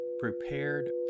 prepared